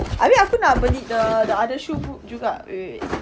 habis aku nak beli the the other shoe pu~ juga wait wait wait